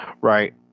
right